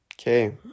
okay